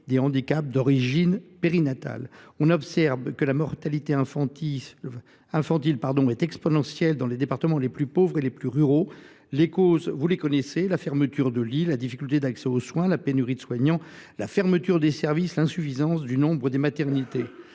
des handicaps d’origine périnatale. On observe que la mortalité infantile est beaucoup plus forte dans les départements les plus pauvres et les plus ruraux. Les causes, vous les connaissez : fermetures de lits, difficultés d’accès aux soins, pénurie de soignants, fermeture des services, insuffisance du nombre des maternités.